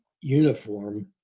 uniform